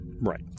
Right